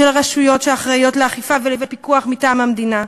של הרשויות שאחראיות לאכיפה ולפיקוח מטעם המדינה.